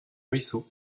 ruisseaux